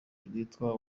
rwitwa